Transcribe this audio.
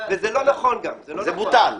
חאג' יחיא (הרשימה המשותפת): -- כי אנחנו לא נפטור אותן.